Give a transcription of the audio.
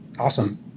Awesome